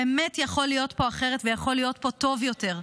באמת יכול להיות פה אחרת ויכול להיות פה טוב יותר.